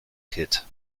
kit